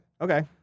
Okay